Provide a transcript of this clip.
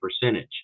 percentage